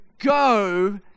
go